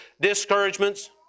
discouragements